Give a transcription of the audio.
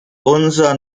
unser